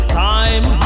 time